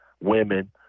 women